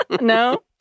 No